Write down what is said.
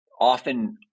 often